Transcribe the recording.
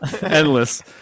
Endless